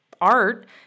art